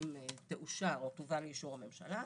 בעצם תאושר, או תובא לאישור הממשלה.